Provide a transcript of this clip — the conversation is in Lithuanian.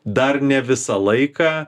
dar ne visą laiką